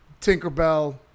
Tinkerbell